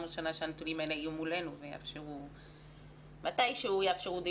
ראשונה שהנתונים האלה יהיו מולנו ומתישהו יאפשרו דיון.